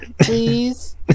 Please